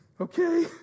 okay